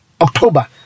October